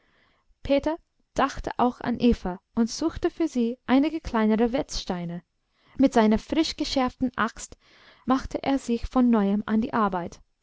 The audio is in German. peter dachte auch an eva und suchte für sie einige kleinere wetzsteine mit seiner frischgeschärften axt machte er sich von neuem an die arbeit